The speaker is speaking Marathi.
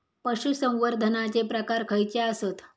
पशुसंवर्धनाचे प्रकार खयचे आसत?